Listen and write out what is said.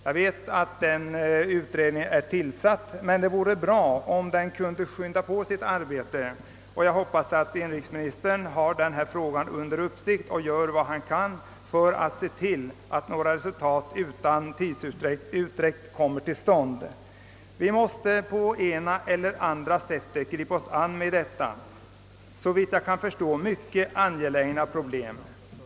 Jag vet att denna utredning är tillsatt, men det vore bra om den kunde skynda på sitt arbete. Jag hoppas att inrikesministern har denna fråga under uppsikt och gör vad han kan för att vi skall få se något resultat utan alltför stor tidsutdräkt. Vi måste på det ena eller andra sättet gripa oss an detta, såvitt jag kan förstå, mycket angelägna problem.